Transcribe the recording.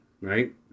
right